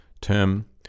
term